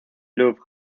louvre